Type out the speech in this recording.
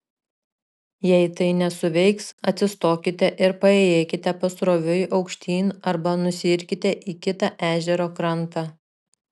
jei tai nesuveiks atsistokite ir paėjėkite pasroviui aukštyn arba nusiirkite į kitą ežero krantą